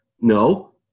no